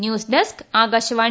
news desk Akashvani